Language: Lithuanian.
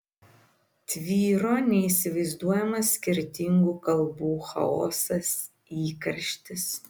tvyro neįsivaizduojamas skirtingų kalbų chaosas įkarštis